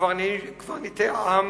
קברניטי העם